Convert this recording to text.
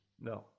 No